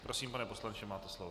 Prosím, pane poslanče, máte slovo.